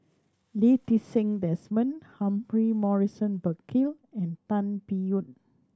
Lee Ti Seng Desmond Humphrey Morrison Burkill and Tan Biyun